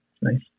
nice